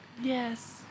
Yes